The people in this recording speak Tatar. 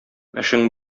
эшең